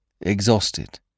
exhausted